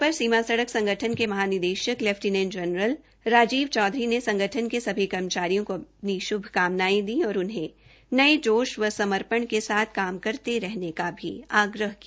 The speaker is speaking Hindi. इस अवसर पर सीमा सड़क संगठन के महानिदेशक लेफ्टिनेंट जनरल राजीव चौधरी ने संगठन के सभी कर्मचारियों को अपनी श्भकामनायें दी और उन्हें नये जोश व समर्पण के साथ काम करते रहने का आग्रह भी किया